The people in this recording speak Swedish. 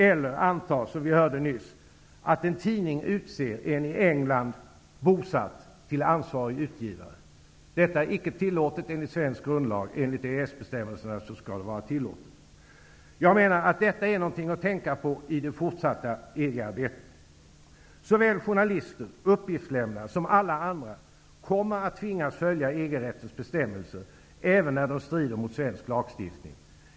Eller anta, som vi hörde nyss, att en tidning utser en i England bosatt till ansvarig utgivare. Detta är icke tillåtet enligt svensk grundlag. Enligt EES bestämmelserna skall det vara tillåtet. Jag menar att detta är något att tänka på i det fortsatta EG-arbetet. Såväl journalister, uppgiftslämnare som alla andra kommer att tvingas följa EG-rättens bestämmelser, även när de strider mot svensk lagstiftning.